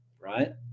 right